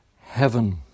heaven